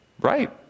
right